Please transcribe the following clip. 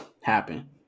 happen